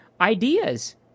ideas